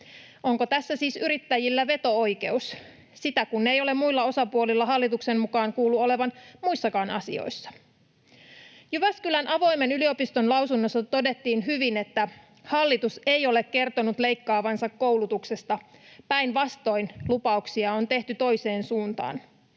Onko tässä siis yrittäjillä veto-oikeus, sitä kun ei muilla osapuolilla hallituksen mukaan kuulu olevan muissakaan asioissa? Jyväskylän avoimen yliopiston lausunnossa todettiin hyvin, että hallitus ei ole kertonut leikkaavansa koulutuksesta. Päinvastoin lupauksia on tehty toiseen suuntaan.